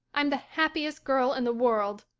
i'm the happiest girl in the world,